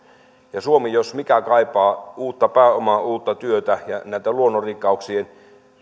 ja suomi jos mikä kaipaa uutta pääomaa uutta työtä ja näiden luonnonrikkauksien